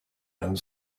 and